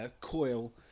coil